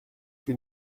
que